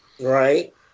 Right